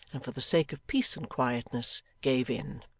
and for the sake of peace and quietness, gave in.